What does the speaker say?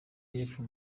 y’epfo